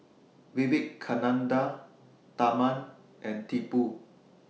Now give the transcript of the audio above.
Vivekananda Tharman and Tipu